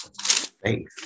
faith